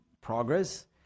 progress